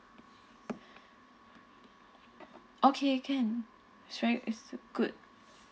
okay can is good